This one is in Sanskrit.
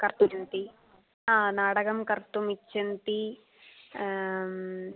कर्तुं आ नाटकं कर्तुम् इच्छामि